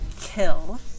kill